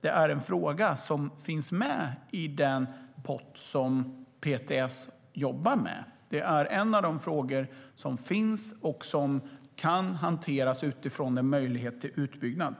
det är en fråga som finns med i den pott som PTS jobbar med. Det är en av de frågor som finns och som kan hanteras utifrån en möjlighet till utbyggnad.